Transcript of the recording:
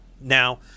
Now